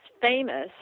famous